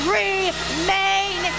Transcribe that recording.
remain